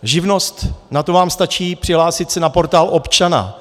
Živnost, na to vám stačí přihlásit se na Portál občana.